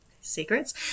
Secrets